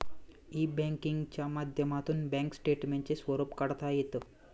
E बँकिंगच्या माध्यमातून bank स्टेटमेंटचे स्वरूप काढता येतं